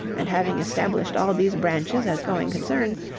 and having established all these branches as going concerns,